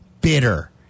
bitter